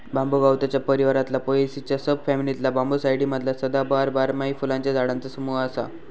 बांबू गवताच्या परिवारातला पोएसीच्या सब फॅमिलीतला बांबूसाईडी मधला सदाबहार, बारमाही फुलांच्या झाडांचा समूह असा